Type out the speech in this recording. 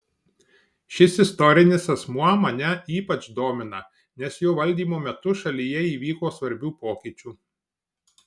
šis istorinis asmuo mane ypač domina nes jo valdymo metu šalyje įvyko svarbių pokyčių